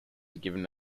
given